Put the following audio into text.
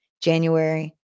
January